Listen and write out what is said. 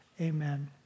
Amen